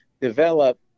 develop